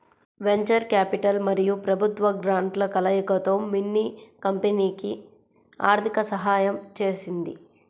venture capital మరియు ప్రభుత్వ గ్రాంట్ల కలయికతో మిన్నీ కంపెనీకి ఆర్థిక సహాయం చేసింది